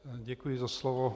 Děkuji za slovo.